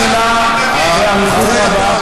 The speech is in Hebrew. שאלת את השאלה באריכות רבה,